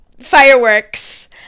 fireworks